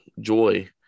joy